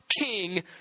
king